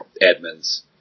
Edmonds